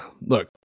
Look